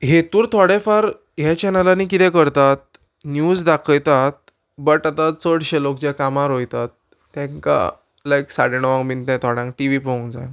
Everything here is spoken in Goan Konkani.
हेतूर थोडे फार हे चॅनलांनी कितें करतात न्यूज दाखयतात बट आतां चडशे लोक जे कामार वयतात तेंकां लायक साडे णवांक बीन तें थोड्यांक टी व्ही पोवूंक जाय